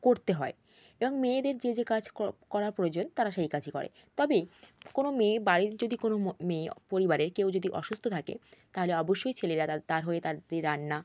করতে হয় এবং মেয়েদের যে যে কাজ করা প্রয়োজন তারা সেই কাজই করে তবে কোনও মেয়ে বাড়ির যদি কোনও মেয়ে পরিবারের কেউ যদি অসুস্থ থাকে তাহলে অবশ্যই ছেলেরা তার হয়ে তাদের রান্না